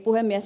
puhemies